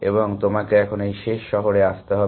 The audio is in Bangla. এবং তোমাকে এখানে এই শেষ শহরে আসতে হবে